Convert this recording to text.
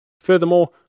Furthermore